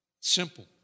Simple